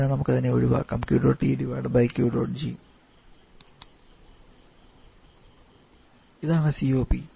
അതിനാൽ അതിനെ നമുക്ക് ഒഴിവാക്കാം ഇതാണ് COP